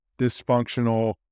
dysfunctional